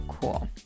cool